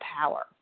power